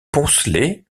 poncelet